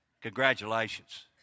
Congratulations